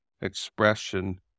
expression